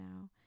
now